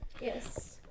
Yes